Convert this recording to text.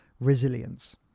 resilience